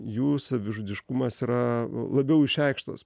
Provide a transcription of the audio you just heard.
jų savižudiškumas yra labiau išreikštas